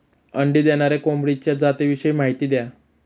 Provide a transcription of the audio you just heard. अंडी देणाऱ्या कोंबडीच्या जातिविषयी माहिती द्या